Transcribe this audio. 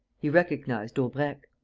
he recognized daubrecq.